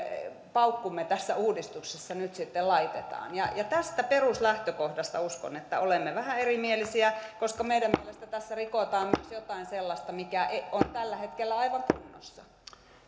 paukkumme tässä uudistuksessa nyt sitten laitetaan uskon että tästä peruslähtökohdasta olemme vähän erimielisiä koska meidän mielestämme tässä rikotaan myös jotain sellaista mikä on tällä hetkellä aivan kunnossa